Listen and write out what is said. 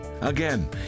Again